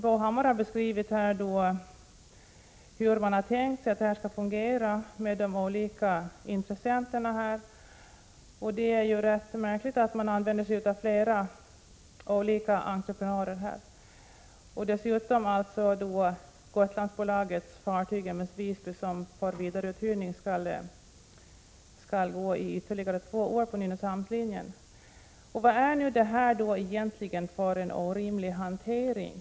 Bo Hammar har beskrivit hur man har tänkt sig att de olika intressenterna skall fungera. Det är märkligt att man i detta sammanhang använder flera olika entreprenörer och att Gotlandsbolagets fartyg M/S Visby skall vidareuthyras och under ytterligare två år trafikera Nynäshamnslinjen. Vad är nu detta för en orimlig hantering?